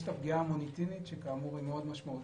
יש את הפגיעה במוניטין שהיא מאוד משמעותית.